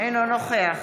אינו נוכח